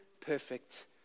perfect